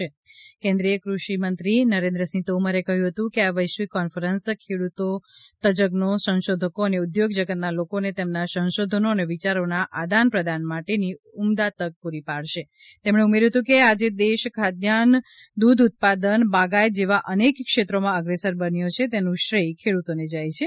ખેડૂત ના બાઇટ કેન્દ્રિય કૃષિ મંત્રી નરેન્દ્રસિંહ તોમરે કહ્યું હતું કે આ વૈશ્વિક કોન્ફરન્સ ખેડૂતો તજજ્ઞો સંશોધકો અને ઉદ્યોગ જગતના લોકોને તેમના સંશોધનો અને વિચારોના આદાન પ્રદાન માટેની ઉમદા તક પૂરી પાડશે તેમણે ઉમેર્યું હતું કે આજે દેશ ખાદ્યાન્ન દૂધ ઉત્પાદન બાગાયત જેવા અનેક ક્ષેત્રોમાં અગ્રેસર બન્યો છે તેનું શ્રેય ખેડૂતો ને જાય છે